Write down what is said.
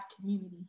community